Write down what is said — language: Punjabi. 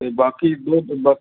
ਅਤੇ ਬਾਕੀ ਦੁੱਧ ਬਾ